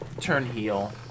Turnheel